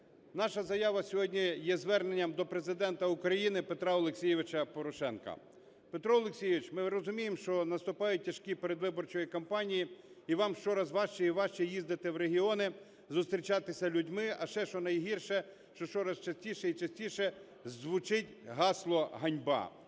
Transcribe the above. Наша заява сьогодні є зверненням до Президента України Петра Олексійовича Порошенка. Петро Олексійович! Ми розуміємо, що наступають тяжкі часи передвиборчої кампанії і вам щораз важче і важче їздити в регіони, зустрічатися з людьми, а ще, що найгірше, що щоразу частіше і частіше звучить гасло: "Ганьба"!